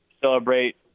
celebrate